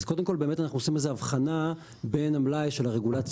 אז קודם כל באמת אנחנו עושים איזו הבחנה בין המלאי של הרגולציה